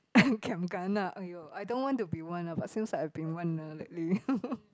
giam kana !aiyo! I don't want to be one lah but since like I've been one ah lately